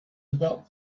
about